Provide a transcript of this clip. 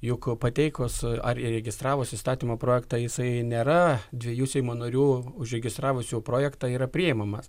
juk pateikus ar įregistravus įstatymo projektą jisai nėra dviejų seimo narių užregistravusių projektą yra priėmamas